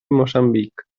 moçambic